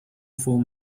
form